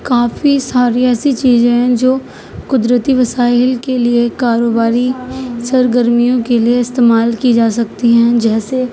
کافی ساری ایسی چیزیں ہیں جو قدرتی وسائل کے لیے کاروباری سرگرمیوں کے لیے استعمال کی جا سکتی ہیں جیسے